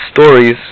stories